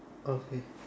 okay